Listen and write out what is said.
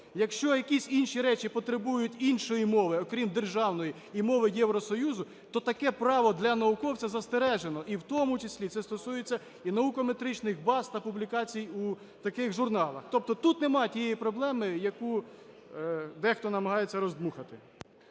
Якщо якісь інші речі потребують іншої мови, окрім державної, і мови Євросоюзу, то таке право для науковцязастережено, і в тому числі це стосується і наукометричних баз та публікацій у таких журналах. Тобто тут немає тієї проблеми, яку дехто намагається роздмухати.